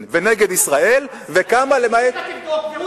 ונגד ישראל וכמה אני מסכים שאתה תבדוק והוא ישפוט.